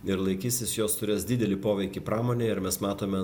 ir laikysis jos turės didelį poveikį pramonei ir mes matome